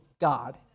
God